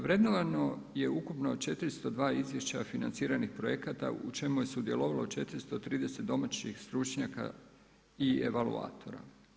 Vrednovano je ukupno 402 izvješća financiranih projekata u čemu je sudjelovalo 430 domaćih stručnjaka i evaluatora.